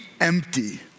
empty